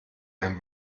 ein